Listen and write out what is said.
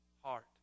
heart